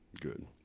Good